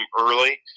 early